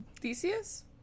theseus